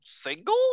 single